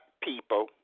people